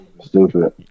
stupid